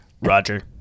Roger